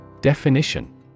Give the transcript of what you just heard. Definition